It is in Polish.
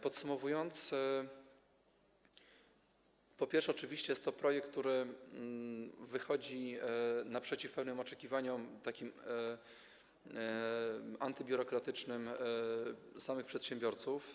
Podsumowując, po pierwsze, oczywiście jest to projekt, który wychodzi naprzeciw oczekiwaniom antybiurokratycznym samych przedsiębiorców.